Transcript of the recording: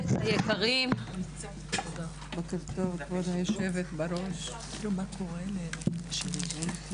בוקר טוב לכולם, לכולן.